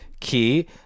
key